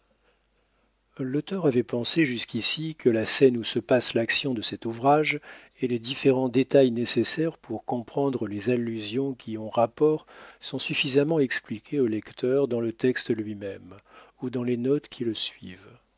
l'auteur avait pensé jusqu'ici que la scène où se passe l'action de cet ouvrage et les différents détails nécessaires pour comprendre les allusions qui y ont rapport sont suffisamment expliqués au lecteur dans le texte lui-même ou dans les notes qui le suivent